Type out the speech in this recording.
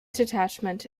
detachment